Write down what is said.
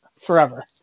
Forever